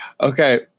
Okay